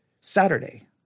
Saturday